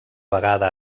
vegada